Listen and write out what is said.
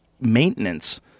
maintenance